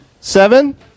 Seven